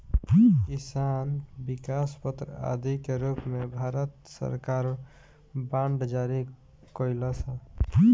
किसान विकास पत्र आदि के रूप में भारत सरकार बांड जारी कईलस ह